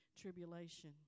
tribulation